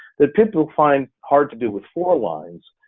that people find hard to do with four lines.